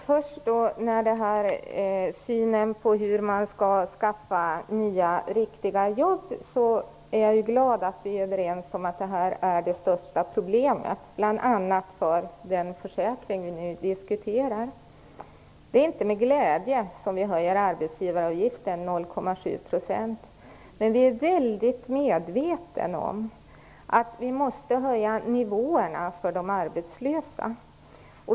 Herr talman! När det gäller synen på hur man skall skaffa nya riktiga jobb är jag glad att vi är överens att det här är det största problemet i den försäkring som vi nu diskuterar. Det är inte med glädje som vi höjer arbetsgivaravgiften med 0,7 %. Men vi är medvetna om att vi måste höja nivåerna för de arbetslösa.